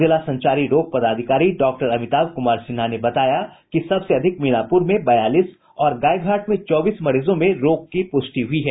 जिला संचारी रोग पदाधिकारी डॉक्टर अमिताभ कुमार सिन्हा ने बताया कि सबसे अधिक मीनापूर में बयालीस और गायघाट में चौबीस मरीजों में रोग की प्रष्टि हुई है